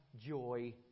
joy